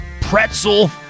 pretzel